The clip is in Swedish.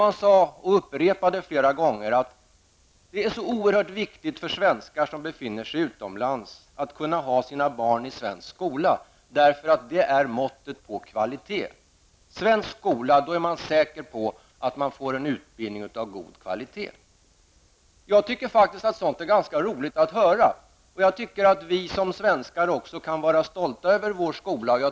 Man upprepade flera gånger att det är oerhört viktigt för svenskar som befinner sig utomlands att kunna ha sina barn i svensk skola, därför att det är ett mått på kvalitet. I en svensk skola är man säker på att man får en utbildning av god kvalitet. Sådant är faktiskt ganska roligt att höra. Jag tycker att vi såsom svenskar kan var stolta över vår skola.